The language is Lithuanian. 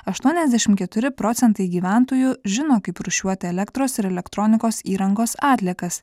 aštuoniasdešimt keturi procentai gyventojų žino kaip rūšiuoti elektros ir elektronikos įrangos atliekas